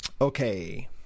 Okay